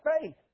faith